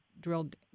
drilled